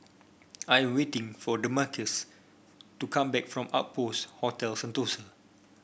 I am waiting for the Damarcus to come back from Outpost Hotel Sentosa